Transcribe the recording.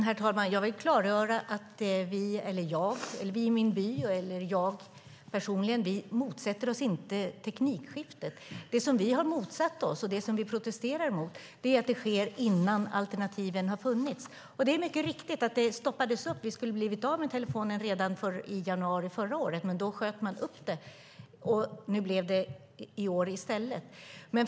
Herr talman! Jag vill klargöra att ingen i min hemby motsätter sig teknikskiftet. Det som vi har motsatt oss och protesterar mot är att detta sker innan alternativen finns. Det är riktigt att det stoppades upp. Vi skulle ha blivit av med telefonen redan i januari förra året, men då sköt man upp det. Det blev i år i stället.